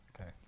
Okay